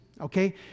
okay